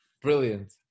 Brilliant